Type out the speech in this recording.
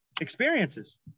experiences